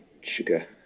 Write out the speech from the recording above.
sugar